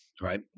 right